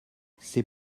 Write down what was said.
c’est